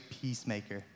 peacemaker